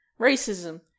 Racism